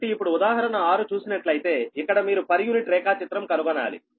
కాబట్టి ఇప్పుడు ఉదాహరణ 6 చూసినట్లయితేఇక్కడ మీరు పర్ యూనిట్ రేఖాచిత్రం కనుగొనాలి